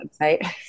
website